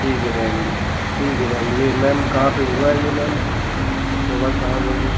ठीक है मैम ठीक है मैम यह मैम कहाँ पर हुआ यह मैम मोबाईल कहाँ गुम है